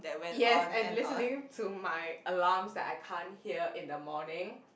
yes and listening to my alarms that I can't hear in the morning